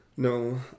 No